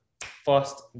first